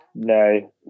no